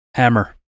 Hammer